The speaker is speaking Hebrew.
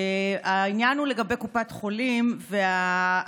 העניין הוא לגבי קופת חולים וההנחיה,